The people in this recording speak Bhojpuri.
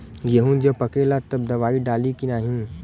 गेहूँ जब पकेला तब दवाई डाली की नाही?